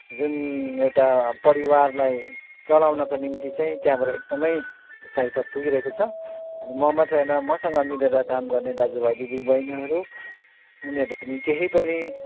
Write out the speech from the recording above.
जुन एउटा परिवारलाई चलाउनको निम्ति चाहिँ त्यहाँबाट एकदमै फाइदा पुगिरहेको छ अनि म मात्रै होइन मसँग मिलेर काम गर्ने दाजुभाइ दिदीबहिनीहरू उनीहरूले पनि केही पनि